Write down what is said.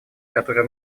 которые